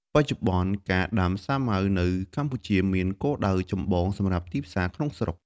បច្ចុប្បន្នការដាំសាវម៉ាវនៅកម្ពុជាមានគោលដៅចម្បងសម្រាប់ទីផ្សារក្នុងស្រុក។